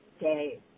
day